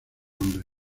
nombre